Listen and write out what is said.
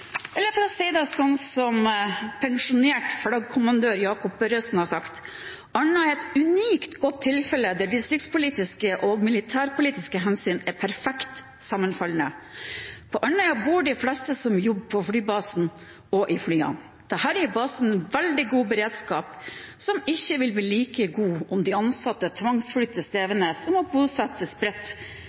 eller for å si det som pensjonert flaggkommandør Jacob Børresen har sagt det: «Andøya er et unikt godt tilfelle der distriktspolitiske og militærpolitiske hensyn er perfekt sammenfallende. På Andøya bor de aller fleste som jobber på flybasen og i flyene. Dette gir basen en svært god beredskap som ikke vil bli like god om de ansatte tvangsflyttes til Evenes og må bosette seg spredt